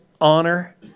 honor